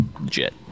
legit